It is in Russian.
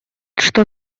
что